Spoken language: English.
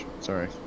Sorry